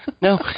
No